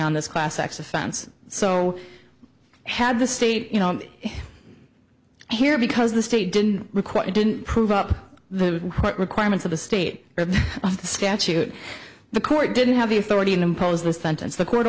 on this class sex offense so had the state you know here because the state didn't require it didn't prove up the requirements of the state of the statute the court didn't have the authority to impose the sentence the co